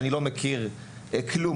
שאני לא מכיר עליה כלום?